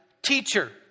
Teacher